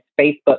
Facebook